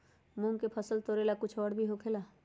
मूंग के फसल तोरेला कुछ और भी होखेला?